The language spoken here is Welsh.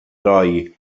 roi